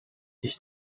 ich